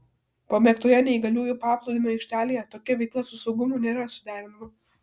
pamėgtoje neįgaliųjų paplūdimio aikštelėje tokia veikla su saugumu nėra suderinama